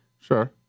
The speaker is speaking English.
Sure